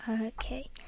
Okay